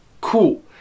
cool